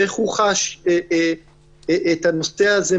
ואיך הוא חש את הנושא הזה,